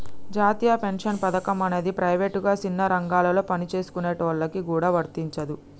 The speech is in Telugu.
జాతీయ పెన్షన్ పథకం అనేది ప్రైవేటుగా సిన్న రంగాలలో పనిచేసుకునేటోళ్ళకి గూడా వర్తించదు